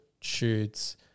shoots